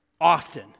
often